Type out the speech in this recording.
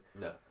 No